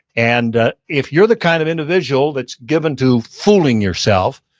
and if you're the kind of individual that's given to fooling yourself,